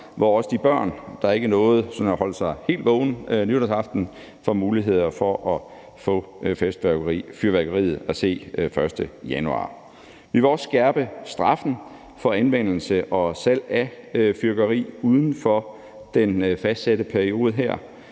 hvor også de børn, der sådan ikke nåede at holde sig helt vågne nytårsaften, får en mulighed for at få festfyrværkeriet at se den 1. januar. Vi vil også skærpe straffen for anvendelse og salg af fyrværkeri uden for den fastsatte periode,